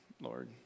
Lord